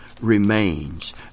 remains